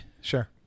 sure